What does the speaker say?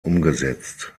umgesetzt